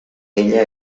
ella